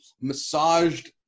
massaged